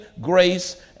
grace